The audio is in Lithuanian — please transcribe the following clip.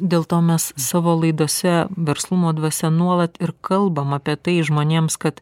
dėl to mes savo laidose verslumo dvasia nuolat ir kalbam apie tai žmonėms kad